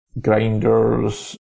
grinders